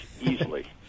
easily